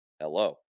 Hello